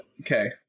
Okay